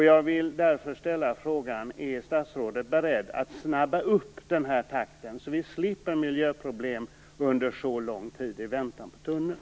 Jag vill därför ställa frågan: Är statsrådet beredd att snabba upp takten så att vi slipper miljöproblem under så lång tid i väntan på tunneln?